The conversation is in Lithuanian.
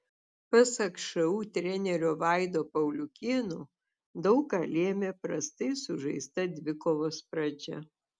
pasak šu trenerio vaido pauliukėno daug ką lėmė prastai sužaista dvikovos pradžia